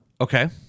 Okay